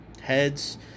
heads